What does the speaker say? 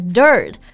dirt